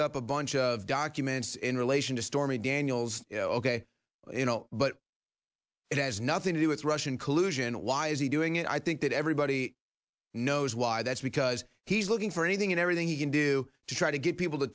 up a bunch of documents in relation to stormy daniels ok you know but it has nothing to do with russian collusion why is he doing it i think that everybody knows why that's because he's looking for anything and everything he can do to try to get people to